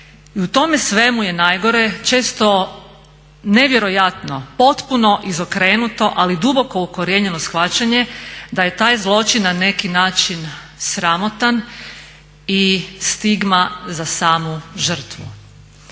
I u tome svemu je najgore često nevjerojatno potpuno izokrenuto, ali duboko ukorijenjeno shvaćanje da je taj zločin na neki način sramotan i stigma za samu žrtvu.